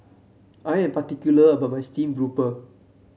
I am particular about my Steamed Grouper